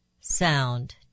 sound